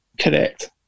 Correct